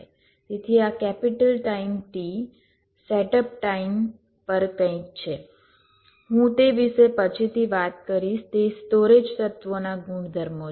તેથી આ capital time T setup time પર કંઈક છે હું તે વિશે પછીથી વાત કરીશ તે સ્ટોરેજ તત્વોના ગુણધર્મો છે